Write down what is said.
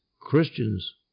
Christians